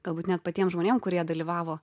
galbūt net patiem žmonėm kurie dalyvavo